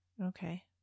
Okay